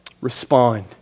Respond